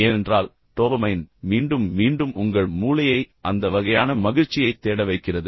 ஏனென்றால் டோபமைன் மீண்டும் மீண்டும் உங்கள் மூளையை அந்த வகையான மகிழ்ச்சியைத் தேட வைக்கிறது